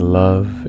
love